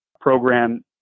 program